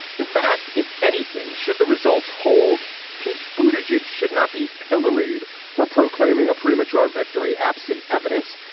in fact, if anything, should the results hold pete buthe jej should not be pilloried for proclaiming a premature victory. absent evidence,